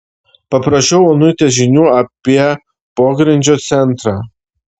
paprašiau onutės žinių apie pogrindžio centrą